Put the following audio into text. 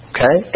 Okay